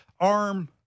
arm